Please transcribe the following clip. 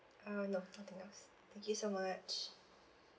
uh no nothing else thank you so much